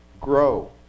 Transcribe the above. grow